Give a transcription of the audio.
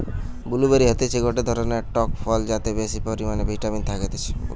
blue বেরি হতিছে গটে ধরণের টক ফল যাতে বেশি পরিমানে ভিটামিন থাকতিছে